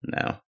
no